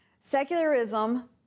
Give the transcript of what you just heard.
secularism